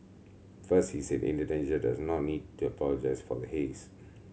first he said Indonesia does not need to apologise for the haze